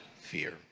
fear